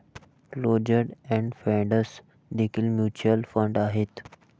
closed end funds देखील mutual fund आहेत